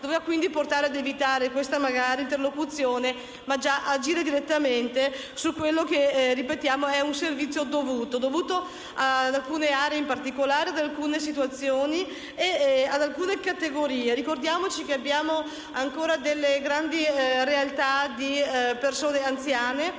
senso: bisogna evitare questa interlocuzione ma agire direttamente su quello che, lo ripetiamo, è un servizio dovuto ad alcune aree in particolare, ad alcune situazioni e ad alcune categorie. Ricordiamoci che abbiamo ancora delle grandi realtà con persone anziane